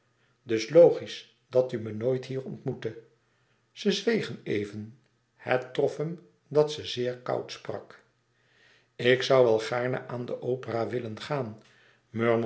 dus logisch dat u me nooit hier ontmoette ze zwegen even het trof hem dat ze zeer koud sprak ik zoû wel gaarne aan de opera willen gaan